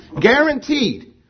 guaranteed